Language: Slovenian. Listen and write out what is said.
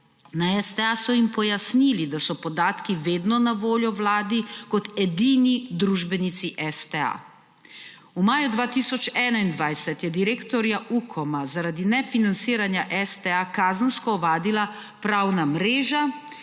Na STA so jim pojasnili, da so podatki vedno na voljo Vladi kot edini družbenici STA. V maju 2021 je direktorja UKOM-a zaradi nefinanciranja STA kazensko ovadila pravna mreža,